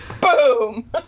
Boom